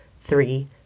three